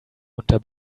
unter